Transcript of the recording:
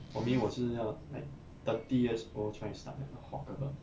for me 我是要 like thirty years old trying to start in a hawker